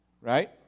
Right